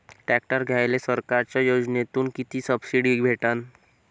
Tractor घ्यायले सरकारच्या योजनेतून किती सबसिडी भेटन?